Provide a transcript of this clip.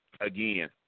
Again